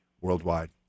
worldwide